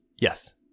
yes